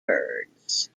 birds